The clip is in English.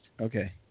Okay